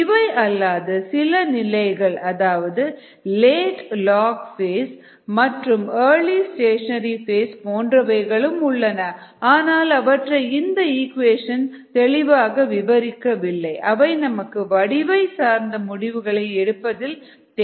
இவை அல்லது சில நிலைகள் லேட் லாக் ஃபேஸ் மற்றும் ஏர்லி ஸ்டேஷனரி ஃபேஸ் போன்றவைகளும் உள்ளன ஆனால் அவற்றை இந்த ஈக்குவேஷன் தெளிவாக விவரிக்கவில்லை அவை நமக்கு வடிவை சார்ந்த முடிவுகளை எடுப்பதற்கு தேவையும் இல்லை